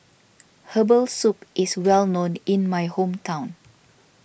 Herbal Soup is well known in my hometown